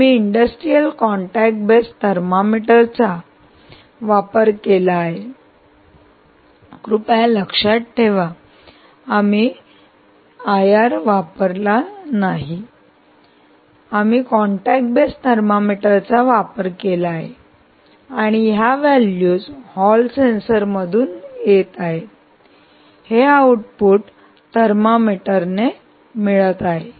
आम्ही industrial contact base थर्मामीटरचा वापर केला आहे कृपया लक्षात ठेवा आम्ही आयआर वापरला नाही आम्ही कॉन्टॅक्ट बेस थर्मामीटरचा वापर केला आहे आणि या व्हॅल्यूज हॉल सेन्सर मधून येत आहे हे आऊटपुट थर्मामीटरने मिळत आहे